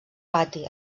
pati